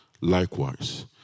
likewise